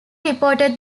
reported